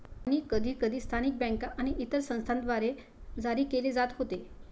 मनी कधीकधी स्थानिक बँका आणि इतर संस्थांद्वारे जारी केले जात होते